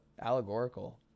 allegorical